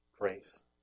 grace